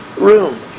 room